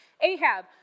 ahab